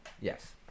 yes